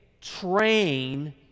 train